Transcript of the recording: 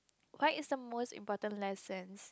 what is the most important lesson